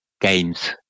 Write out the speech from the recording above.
games